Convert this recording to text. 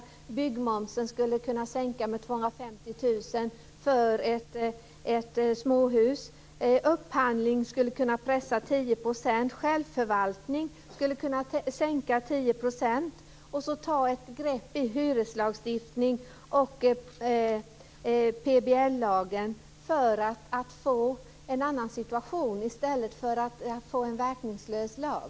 Det här med byggmomsen skulle kunna innebära en sänkning med 250 000 kr för ett småhus. Med upphandling skulle man kunna pressa 10 %, och med självförvaltning skulle man kunna sänka med 10 %. Ta ett grepp i hyreslagstiftningen och PBL för att få en annan situation i stället för att ha en verkningslös lag!